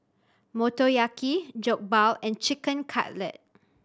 Motoyaki Jokbal and Chicken Cutlet